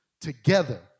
together